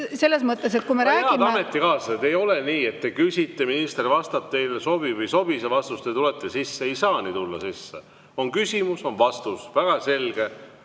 Selles mõttes, et kui me räägime … Head ametikaaslased! Ei ole nii, et te küsite, minister vastab, teile sobib või ei sobi see vastus, teie tulete sisse. Ei saa nii tulla sisse! On küsimus, on vastus – väga selge!